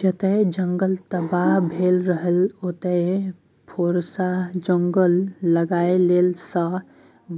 जतय जंगल तबाह भेल रहय ओतय फेरसँ जंगल लगेलाँ सँ